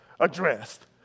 addressed